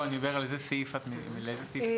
על איזה סעיף את מדברת?